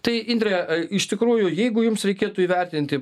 tai indre iš tikrųjų jeigu jums reikėtų įvertinti